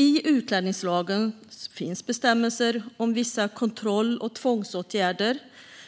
I utlänningslagen finns bestämmelser om vissa kontroll och tvångsåtgärder